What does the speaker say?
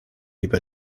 über